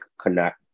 connect